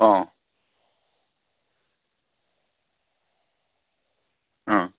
অ' অ'